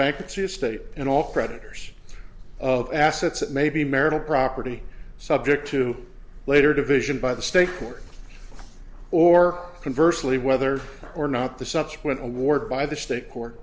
bankruptcy of state and all creditors of assets that may be marital property subject to later division by the state court or converse lee whether or not the subsequent award by the state court